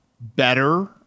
better